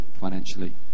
financially